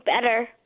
better